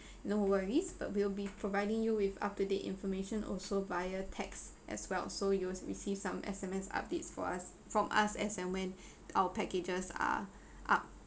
no worries but we'll be providing you with up to date information also via text as well so you'll receive some SMS updates for us from us as and when our packages are up